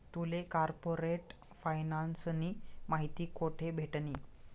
तुले कार्पोरेट फायनान्सनी माहिती कोठे भेटनी?